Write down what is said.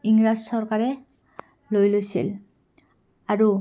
ইংৰাজ চৰকাৰে লৈ লৈছিল আৰু